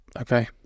Okay